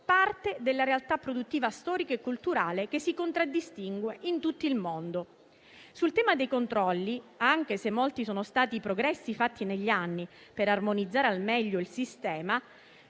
parte della realtà produttiva, storica e culturale che si contraddistingue in tutto il mondo. Sul tema dei controlli, anche se molti sono stati i progressi fatti negli anni per armonizzare al meglio il sistema,